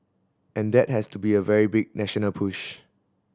and that has to be a very big national push